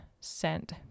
sent